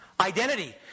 Identity